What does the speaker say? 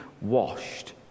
washed